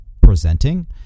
presenting